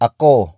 Ako